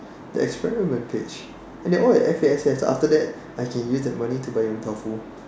the experiment page and they're all at F_A_S_S after that I can use the money to buy Yong-tau-foo